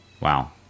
Wow